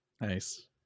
Nice